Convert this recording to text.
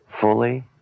fully